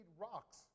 rocks